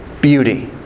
beauty